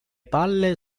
palle